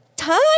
time